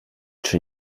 czy